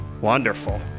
Wonderful